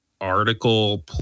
article